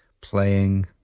playing